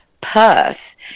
Perth